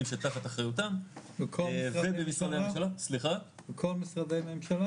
שתחת אחריותם -- לכל משרדי הממשלה?